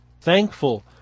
thankful